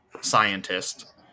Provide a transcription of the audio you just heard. scientist